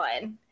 one